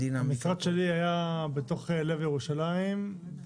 המשרד שלי היה בתוך לב ירושלים, סיוט.